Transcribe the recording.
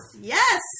Yes